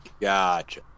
Gotcha